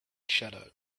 shadow